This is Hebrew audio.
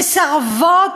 מסרבות,